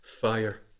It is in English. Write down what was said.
fire